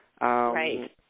Right